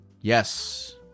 yes